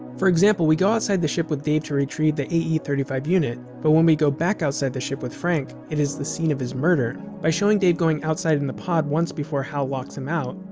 for example, we go outside the ship with dave to retrieve the ae thirty five unit, but when we go back outside the ship with frank, it is the scene of his murder. by showing dave going outside in the pod once before hal locks him out,